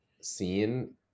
scene